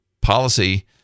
policy